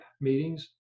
meetings